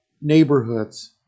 neighborhoods